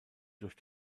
durch